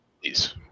please